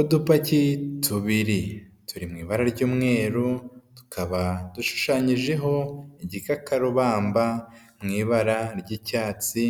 Udupaki tubiri turi mu ibara ry'umweru tukaba dushushanyijeho igikakarubamba mu ibara ry'icyatsi,